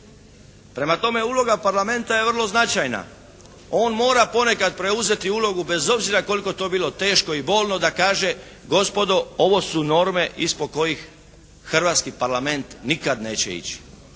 Prema tome, uloga parlamenta je vrlo značajna. On mora ponekad preuzeti ulogu bez obzira koliko to bilo teško i bolno da kaže gospodo ovo su norme ispod kojih hrvatski parlament nikad neće ići,